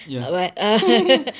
ya